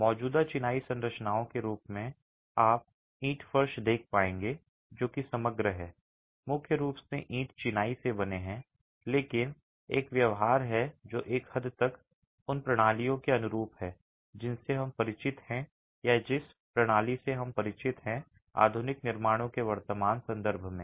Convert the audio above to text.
मौजूदा चिनाई संरचनाओं के रूप में आप ईंट फर्श देख पाएंगे जो कि समग्र हैं मुख्य रूप से ईंट चिनाई से बने हैं लेकिन एक व्यवहार है जो एक हद तक उन प्रणालियों के अनुरूप है जिनसे हम परिचित हैं या जिस प्रणाली से हम परिचित हैं आधुनिक निर्माणों के वर्तमान संदर्भ में